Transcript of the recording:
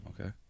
Okay